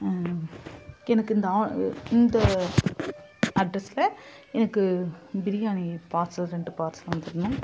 எனக்கு இந்த இந்த அட்ரஸ்ல எனக்கு பிரியாணி பார்சல் ரெண்டு பார்சல் வந்துரணும்